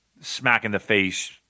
smack-in-the-face